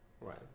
Right